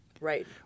Right